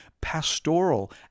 pastoral